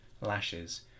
lashes